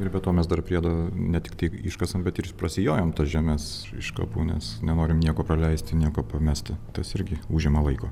ir be to mes dar priedo ne tik iškasame bet ir prasijojam tas žemes iš kapų nes nenorim nieko praleisti nieko pamesti tas irgi užima laiko